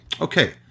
Okay